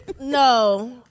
No